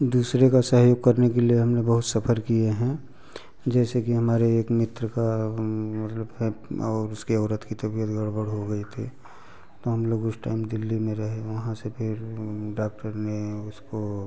दूसरे का सहयोग करने के लिए हमने बहुत सफर किए हैं जैसे कि हमारे एक मित्र का मतलब और उसके औरत की तबियत गड़बड़ हो गई थी तो हम लोग उस टाइम दिल्ली में रहे वहाँ से फिर डाक्टर ने उसको